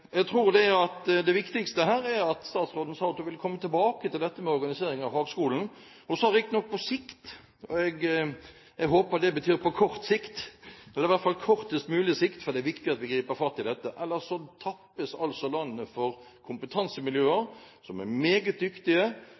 at det viktigste her er at statsråden sa hun vil komme tilbake til dette med organisering av fagskolen. Hun sa riktignok «på sikt» – jeg håper det betyr på kort sikt, eller i hvert fall kortest mulig sikt. Det er viktig at vi griper fatt i dette, for ellers tappes landet for kompetansemiljøer, som er meget dyktige